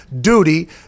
duty